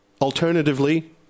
alternatively